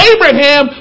Abraham